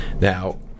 Now